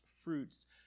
fruits